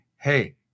Hey